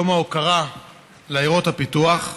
יום ההוקרה לעיירות הפיתוח.